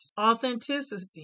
authenticity